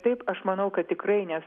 taip aš manau kad tikrai nes